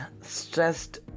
stressed